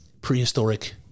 prehistoric